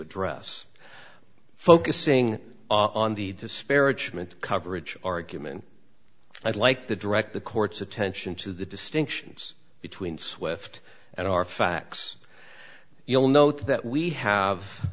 address focusing on the disparagement coverage argument i'd like to direct the court's attention to the distinctions between swift and our facts you'll note that we have